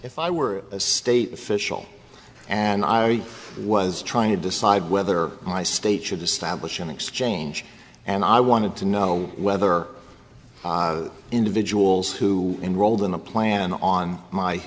if i were a state official and i was trying to decide whether my state should establish an exchange and i wanted to know whether individuals who enrolled in the plan on my